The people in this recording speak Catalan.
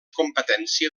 competència